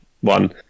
one